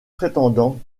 prétendant